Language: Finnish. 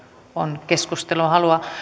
on keskusteluhalua